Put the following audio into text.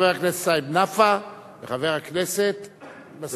חבר הכנסת סעיד נפאע וחבר הכנסת מסעוד גנאים.